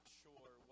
sure